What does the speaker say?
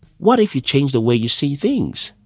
what if you change the way you see things?